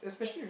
yes